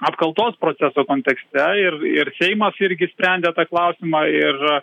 apkaltos proceso kontekste ir ir seimas irgi sprendė tą klausimą ir